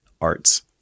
arts